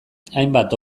hainbat